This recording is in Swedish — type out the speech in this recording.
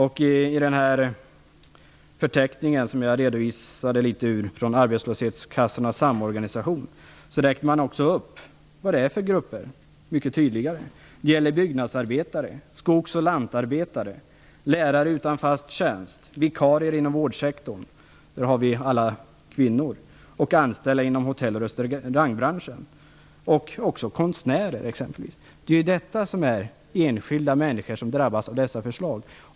I den förteckning från Arbetslöshetskassornas samorganisation som jag refererade till redogör man mycket tydligt för vilka grupper det handlar om. Det gäller byggnadsarbetare, skogs och lantarbetare, lärare utan fast tjänst, vikarier inom vårdsektorn - där finns många kvinnor - och anställda inom hotelloch restaurangbranschen samt också konstnärer exempelvis. Enskilda människor drabbas av dessa förslag.